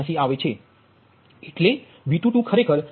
02 0